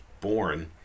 born